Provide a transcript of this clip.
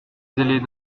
zélés